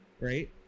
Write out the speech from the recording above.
Right